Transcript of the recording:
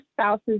spouses